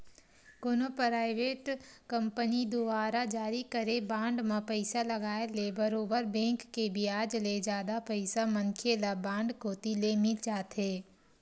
कोनो private company दुवारा जारी करे बांड म पइसा लगाय ले बरोबर बेंक के बियाज ले जादा पइसा मनखे ल बांड कोती ले मिल जाथे